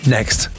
Next